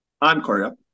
Encore